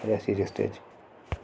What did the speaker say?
Reasi district च